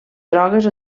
drogues